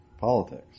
politics